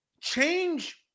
change